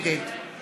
נגד